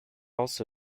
also